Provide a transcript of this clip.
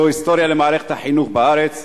זו היסטוריה במערכת החינוך בארץ.